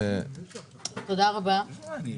בבקשה.